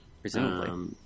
Presumably